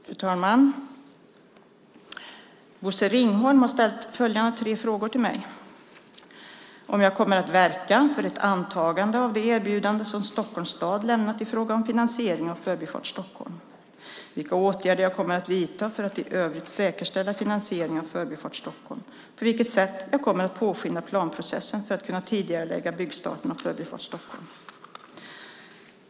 Fru talman! Bosse Ringholm har ställt följande tre frågor till mig: 1. om jag kommer att verka för ett antagande av det erbjudande som Stockholms stad lämnat i fråga om finansiering av Förbifart Stockholm, 2. vilka åtgärder jag kommer att vidta för att i övrigt säkerställa finansieringen av Förbifart Stockholm och 3. på vilket sätt jag kommer att påskynda planprocessen för att kunna tidigarelägga byggstarten av Förbifart Stockholm.